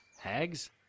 Hags